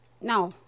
now